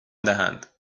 دهند